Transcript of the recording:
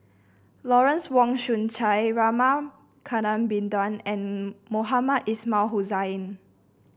Lawrence Wong Shyun Tsai Rama Kannabiran and Mohamed Ismail Hussain